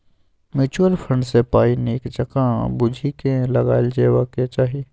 mutual fund मे पाइ नीक जकाँ बुझि केँ लगाएल जेबाक चाही